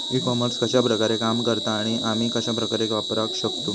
E commerce कश्या प्रकारे काम करता आणि आमी कश्या प्रकारे वापराक शकतू?